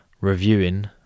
reviewing